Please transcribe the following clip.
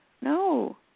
no